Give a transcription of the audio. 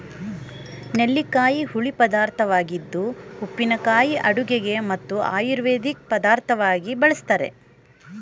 ನೆಲ್ಲಿಕಾಯಿ ಹುಳಿ ಪದಾರ್ಥವಾಗಿದ್ದು ಉಪ್ಪಿನಕಾಯಿ ಅಡುಗೆಗೆ ಮತ್ತು ಆಯುರ್ವೇದಿಕ್ ಪದಾರ್ಥವಾಗಿ ಬಳ್ಸತ್ತರೆ